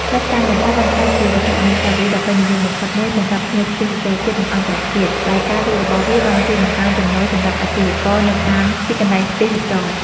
ផ្លិតតាំងលម្អបានក្លាយជាវត្ថុអនុស្សាវរីយ៍ដ៏ពេញនិយមបំផុតមួយសម្រាប់ភ្ញៀវទេសចរណ៍ជាតិ និងអន្តរជាតិ ដែលការលក់របស់វាបានជួយបង្កើនចំណូលសម្រាប់អាជីវករនៅតាមទីកន្លែងទេសចរណ៍។